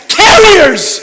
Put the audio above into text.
carriers